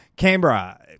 Canberra